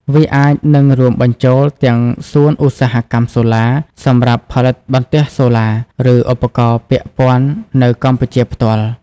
វាអាចនឹងរួមបញ្ចូលទាំង សួនឧស្សាហកម្មសូឡា សម្រាប់ផលិតបន្ទះសូឡា ឬឧបករណ៍ពាក់ព័ន្ធនៅកម្ពុជាផ្ទាល់។